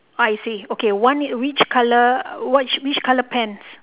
I see okay one which colour which which colour pants